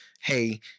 Hey